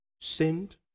sinned